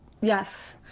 yes